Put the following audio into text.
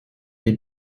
les